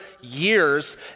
years